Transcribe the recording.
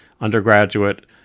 undergraduate